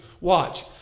Watch